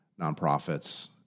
nonprofits